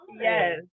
Yes